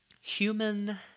human